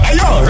Ayo